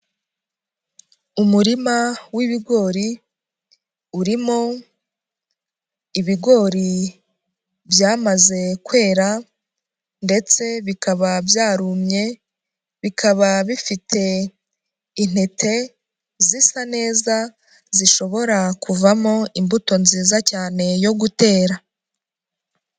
Umurima wibigori, urimo ibigori byamaze kwera ndetse bikaba byarumye, bikaba bifite intete zisa neza zishobora kuvamo imbuto nziza cyane yo gutera.